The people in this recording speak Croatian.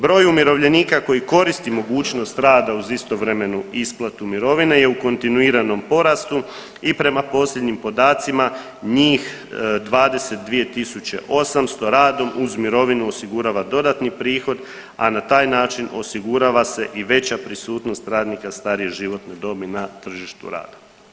Broj umirovljenika koji koristi mogućnost rada uz istovremenu isplatu mirovine je u kontinuiranom porastu i prema posljednjim podacima njih 22.800 radom uz mirovinu osigurava dodatni prihod, a na taj način osigurava se i veća prisutnost radnika starije životne dobi na tržištu rada.